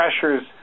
pressures